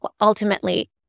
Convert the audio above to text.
ultimately